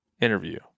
interview